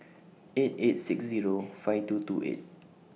eight eight six Zero five two two eight